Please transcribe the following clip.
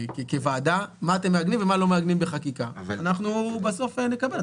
כוועדה מה אתם מעגנים ומה לא מעגנים בחקיקה ואנחנו בסוף נקבל,